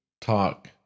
talk